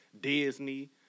Disney